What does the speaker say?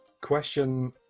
Question